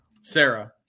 sarah